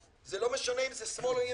זה לא נמצא אם זה שמאל או ימין.